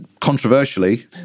controversially